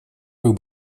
как